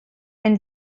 and